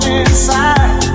inside